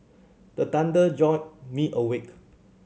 the thunder jolt me awake